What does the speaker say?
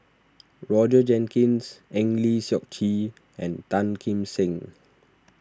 Roger Jenkins Eng Lee Seok Chee and Tan Kim Seng